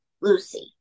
lucy